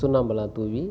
சுண்ணாம்பெல்லாம் தூவி